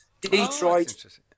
Detroit